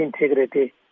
integrity